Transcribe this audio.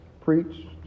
preach